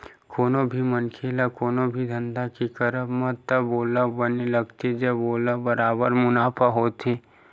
कोनो भी मनखे ल कोनो भी धंधा के करब म तब ओला बने लगथे जब ओला बरोबर मुनाफा होथे